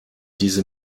diese